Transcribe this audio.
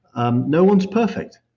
um no one's perfect.